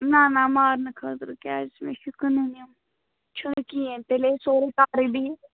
نَہ نَہ مارنہٕ خٲطرٕ کیٛازِ مےٚ چھُ کٕنٕنۍ یِم چھُنہٕ کِہیٖنۍ تیٚلے سورٕے کارٕے بِہہِ